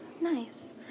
Nice